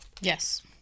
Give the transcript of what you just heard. Yes